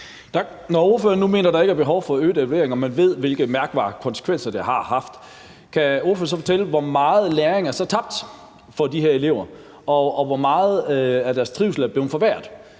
Når ordføreren nu mener, at der ikke er behov for mere evaluering, og man ved, hvilke mærkbare konsekvenser det har haft, kan ordføreren så fortælle, hvor meget læring der er tabt for de her elever, og hvor meget deres trivsel er blevet forværret?